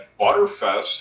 Butterfest